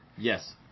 Yes